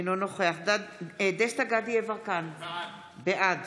אינו נוכח דסטה גדי יברקן, בעד